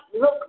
look